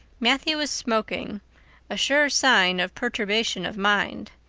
matthew was smoking a sure sign of perturbation of mind.